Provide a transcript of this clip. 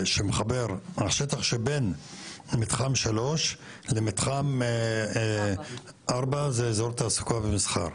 השטח שבין מתחם 3 למתחם 4 זה אזור תעסוקה ומסחר.